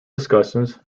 discussions